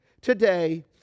today